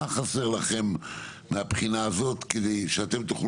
מה חסר לכם מהבחינה הזאת כדי שאתם תתחילו